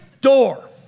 door